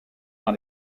par